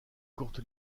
courte